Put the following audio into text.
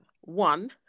one